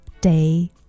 day